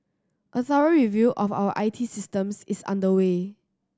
a thorough review of our I T systems is underway